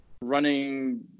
running